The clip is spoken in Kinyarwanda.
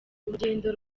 rugendo